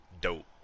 Dope